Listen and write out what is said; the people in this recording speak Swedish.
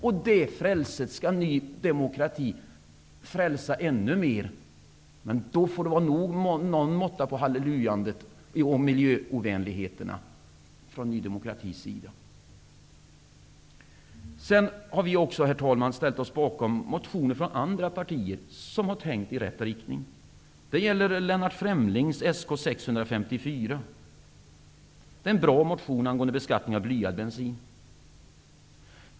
Det frälset skall Ny demokrati frälsa ännu mera. Det får då vara någon måtta på hallelujandet och miljöovänligheten från Ny demokratis sida. Herr talman! Vi har också ställt oss bakom motioner från andra partier där man har tänkt i rätt riktning. Det gäller t.ex. Lennart Fremlings motion Sk654. Det är en bra motion angående beskattning av blyad bensin.